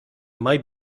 might